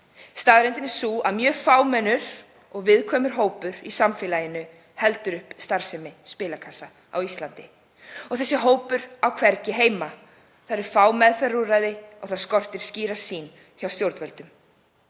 Staðreyndin er sú að mjög fámennur og viðkvæmur hópur í samfélaginu heldur upp starfsemi spilakassa á Íslandi. Þessi hópur á hvergi heima. Það eru fá meðferðarúrræði og það skortir skýra sýn hjá stjórnvöldum.